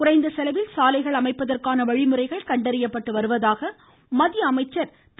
குறைந்த செலவில் சாலைகள் அமைப்பதற்கான வழிமுறைகள் கண்டறியப்பட்டு வருவதாக மத்திய அமைச்சர் திரு